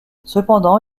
cependant